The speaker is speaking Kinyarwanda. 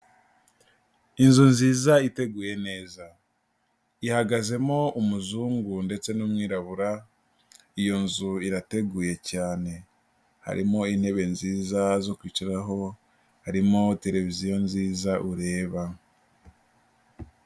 Inzu nziza iteguye neza ihagazemo umuzungu ndetse n'umwirabura, iyo nzu irateguye cyane, harimo intebe nziza zo kwicaraho harimo tereviziyo nziza ureba.